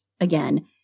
again